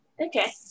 Okay